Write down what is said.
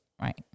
right